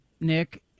Nick